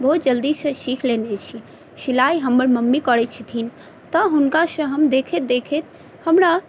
बहुत जल्दीसँ सीख लेने छी सिलाइ हमर मम्मी करै छथिन तऽ हुनका सँ हम देखैत देखैत हमरा